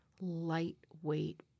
lightweight